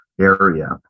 area